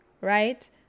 right